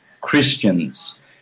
Christians